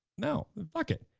no fuck it.